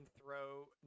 throw